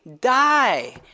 die